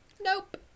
Nope